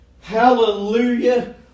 Hallelujah